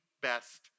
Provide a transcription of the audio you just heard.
best